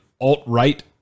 alt-right